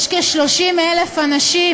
יש כ-30,000 אנשים